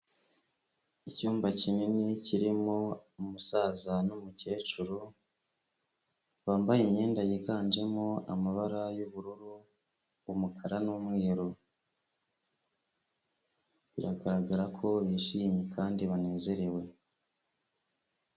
Icyumba kinini kirimo umusaza n'umukecuru, bambaye imyenda yiganjemo amabara y'ubururu, umukara n'umweru, biragaragara ko bishimye Kandi banezerewe